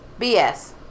bs